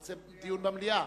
רוצה דיון במליאה.